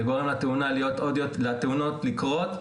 זה גורם לתאונות לקרות,